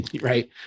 right